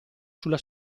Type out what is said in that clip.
sulla